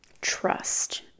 trust